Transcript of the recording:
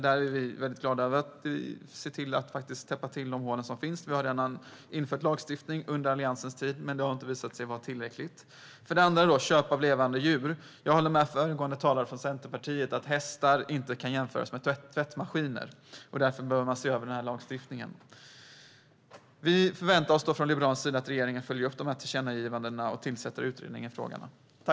Där är vi glada över att kunna täppa till de hål som finns. Vi införde lagstiftning redan under Alliansens tid, men den har visat sig inte vara tillräcklig. Det andra gäller köp av levande djur. Jag håller med föregående talare från Centerpartiet om att hästar inte kan jämföras med tvättmaskiner. Därför behöver man se över den lagstiftningen. Vi förväntar oss från Liberalernas sida att regeringen följer upp de här tillkännagivandena och tillsätter utredningar i frågorna.